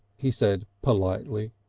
he said politely.